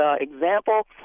example